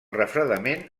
refredament